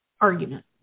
argument